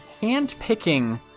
handpicking